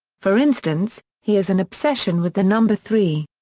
for instance, he has an obsession with the number three.